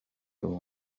uwo